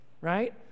right